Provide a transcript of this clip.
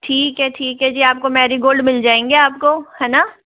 ठीक है ठीक है जी आपको मेरीगोल्ड मिल जायेंगे आपको है न